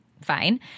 Fine